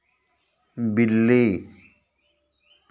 बिल्ली